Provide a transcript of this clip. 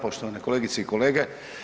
Poštovane kolegice i kolege.